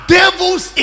devil's